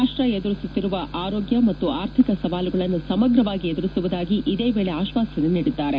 ರಾಷ್ಟ ಎದುರಿಸುತ್ತಿರುವ ಆರೋಗ್ಯ ಪಾಗು ಆರ್ಥಿಕ ಸವಾಲುಗಳನ್ನು ಸಮಗ್ರವಾಗಿ ಎದುರಿಸುವುದಾಗಿ ಇದೇ ವೇಳೆ ಆಶ್ನಾಸನೆ ನೀಡಿದ್ದಾರೆ